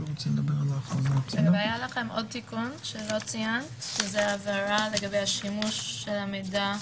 היה לכם עוד תיקון שלא ציינת שהוא הבהרה לגבי השימוש במידע,